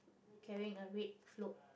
carrying a red float